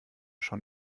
schon